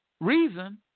reason